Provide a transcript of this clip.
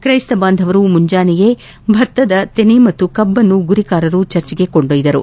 ತ್ರೈಸ್ತ ಬಾಂಧವರು ಮುಂಜಾನೆಯೇ ಭತ್ತದ ತೆನೆ ಮತ್ತು ಕಬ್ಬನ್ನು ಗುರಿಕಾರರು ಚರ್ಚ್ಗೆ ಕೊಂಡೊಯ್ದರು